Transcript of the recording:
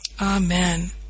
Amen